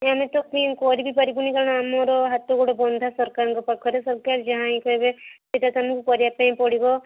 ଆମେ ତ କରିବି ପାରିବୁନି କାରଣ ଆମର ହାତଗୋଡ଼ ବନ୍ଧା ସରକାରଙ୍କ ପାଖରେ ସରକାର ଯାହାହିଁ କହିବେ ସେଇଟା ତ ଆମକୁ କରିବାପାଇଁ ପଡ଼ିବ